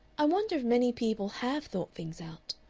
i wonder if many people have thought things out?